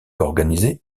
organiser